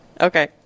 Okay